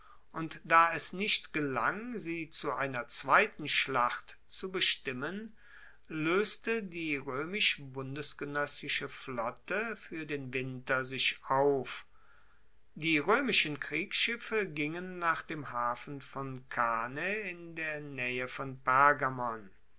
und da es nicht gelang sie zu einer zweiten schlacht zu bestimmen loeste die roemisch bundesgenoessische flotte fuer den winter sich auf die roemischen kriegsschiffe gingen nach dem hafen von kane in der naehe von